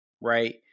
right